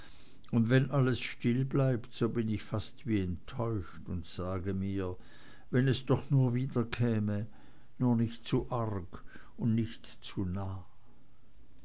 und wenn alles still bleibt so bin ich fast wie enttäuscht und sage mir wenn es doch nur wiederkäme nur nicht zu arg und nicht zu nah